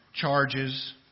charges